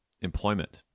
employment